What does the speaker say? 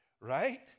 right